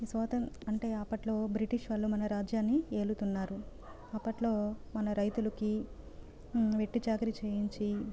ఈ స్వా అంటే అప్పట్లో బ్రిటిష్ వాళ్ళు మన రాజ్యాన్ని ఏలుతున్నారు అప్పట్లో మన రైతులకి వెట్టి చాకిరీ చేయించి